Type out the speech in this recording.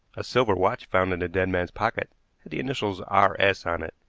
a silver watch found in the dead man's pocket had the initials r. s. on it,